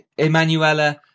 Emanuela